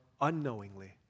unknowingly